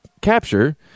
capture